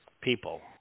people